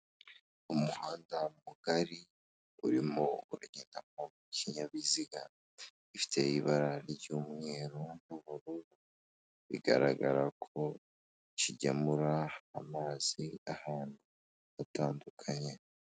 Umuhanda mugari, urimo uragendamo kinyabiziga gifite ibara ry'umweru, bigaragara ko kigemura amazi ahantu hatandukanye.